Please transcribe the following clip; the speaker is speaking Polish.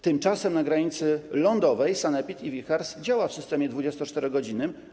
Tymczasem na granicy lądowej sanepid i WIJHARS działają w systemie 24-godzinnym.